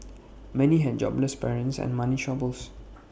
many had jobless parents and money troubles